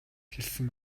хэлсэн